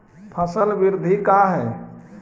फसल वृद्धि का है?